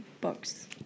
books